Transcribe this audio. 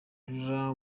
laura